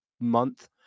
month